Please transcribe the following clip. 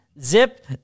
Zip